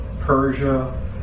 Persia